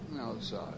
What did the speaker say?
outside